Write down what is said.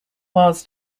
was